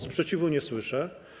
Sprzeciwu nie słyszę.